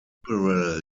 liberal